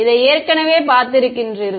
இதை ஏற்கனவே பார்த்திருக்கின்றீர்கள்